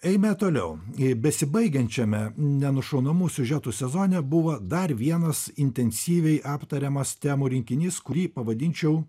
eime toliau jei besibaigiančiame nenušaunamų siužetų sezone buvo dar vienas intensyviai aptariamas temų rinkinys kurį pavadinčiau